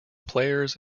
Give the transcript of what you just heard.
players